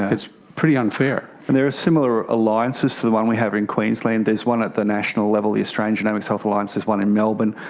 it's pretty and there and there are similar alliances to the one we have in queensland. there's one at the national level, the australian genomics health alliance, there's one in melbourne.